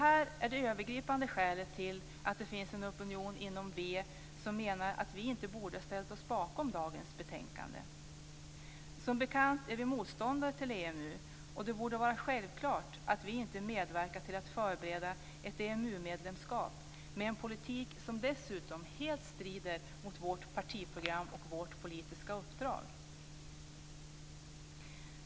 Detta är det övergripande skälet till att det finns en opinion inom v som menar att vi inte borde ha ställt oss bakom dagens betänkande. Som bekant är vi motståndare till EMU, och det borde vara självklart att vi inte medverkar till att förbereda ett EMU-medlemskap med en politik som dessutom helt strider mot vårt partiprogram och vårt politiska uppdrag.